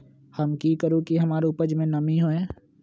हम की करू की हमार उपज में नमी होए?